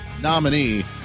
nominee